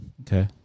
Okay